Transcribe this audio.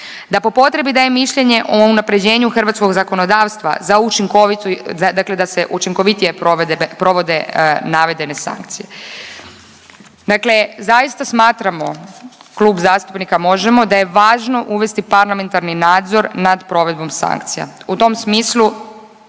da po potrebi daje mišljenje o unapređenju hrvatskog zakonodavstva za učinkoviti, dakle da se učinkovitije provode navedene sankcije. Dakle, zaista smatramo Klub zastupnika Možemo!, da je važno uvesti parlamentarni nadzor nad provedbom sankcija. U tom smislu